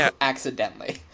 accidentally